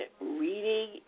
reading